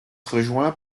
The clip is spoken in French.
rejoints